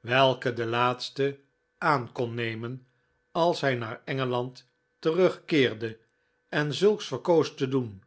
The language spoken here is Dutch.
welke de laatste aan kon nemen als hij naar engeland terugkeerde en zulks verkoos te doen